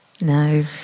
No